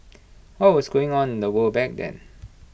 what was going on in the world back then